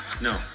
no